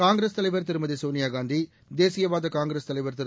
காங்கிரஸ் தலைவர் திருமதி சோனியா காந்தி தேசியவாத காங்கிரஸ் தலைவர் திரு